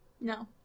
No